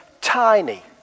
tiny